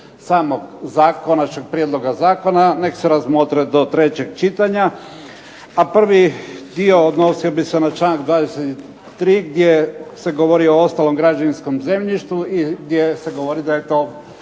samog konačnog prijedloga zakona. Nek se razmotre do trećeg čitanja. A prvi dio odnosio bi se na čl. 23. gdje se govori o ostalom građevinskom zemljištu i gdje se govori da je to